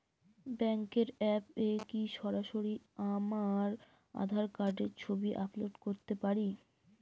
ব্যাংকের অ্যাপ এ কি সরাসরি আমার আঁধার কার্ডের ছবি আপলোড করতে পারি?